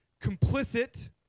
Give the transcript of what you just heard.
complicit